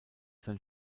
sein